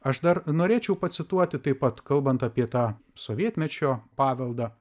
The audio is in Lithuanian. aš dar norėčiau pacituoti taip pat kalbant apie tą sovietmečio paveldą